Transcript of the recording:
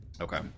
Okay